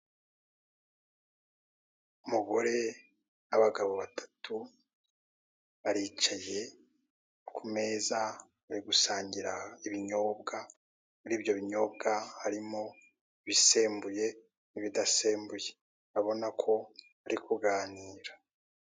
Umugore abagabo batatu baricaye kumeza bari gusangira ibinyobwa muri ibyo binyobwa harimo ibisembuye n'ibidasembuye urabona ko bari kuganira.